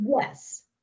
Yes